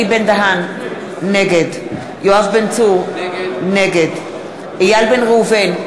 נגד יואב בן צור, נגד איל בן ראובן,